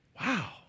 wow